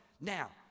Now